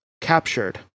captured